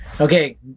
Okay